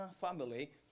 family